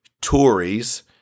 Tories